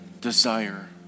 desire